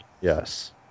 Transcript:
Yes